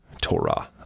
Torah